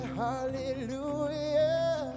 hallelujah